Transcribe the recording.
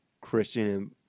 Christian